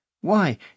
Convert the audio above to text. Why